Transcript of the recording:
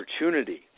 opportunity